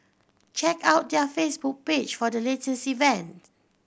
check out their Facebook page for the latest event